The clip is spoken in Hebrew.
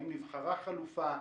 האם נבחרה חלופה?